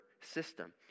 system